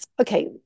Okay